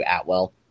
Atwell